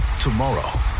Tomorrow